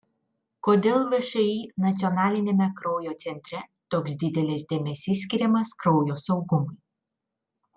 kodėl všį nacionaliniame kraujo centre toks didelis dėmesys skiriamas kraujo saugumui